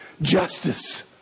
justice